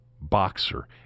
boxer